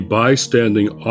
bystanding